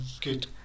good